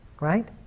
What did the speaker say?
Right